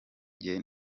njye